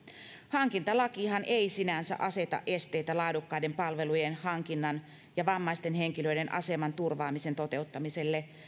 hankintalakihan ei sinänsä aseta esteitä laadukkaiden palvelujen hankinnan ja vammaisten henkilöiden aseman turvaamisen toteuttamiselle